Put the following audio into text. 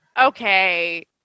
okay